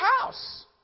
house